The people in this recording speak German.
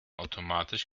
automatisch